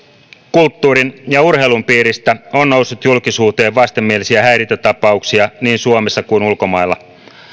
kulttuurin ja urheilun piiristä on noussut julkisuuteen vastenmielisiä häirintätapauksia niin suomessa kuin ulkomailla